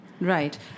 Right